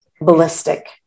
ballistic